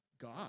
God